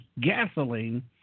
gasoline